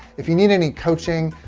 if you need any coaching.